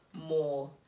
more